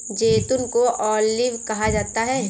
जैतून को ऑलिव कहा जाता है